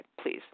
please